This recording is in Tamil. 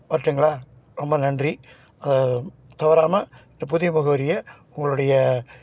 வரட்டுங்களா ரொம்ப நன்றி அதை தவறாமல் இந்த புதிய முகவரியை உங்களுடைய